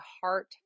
heart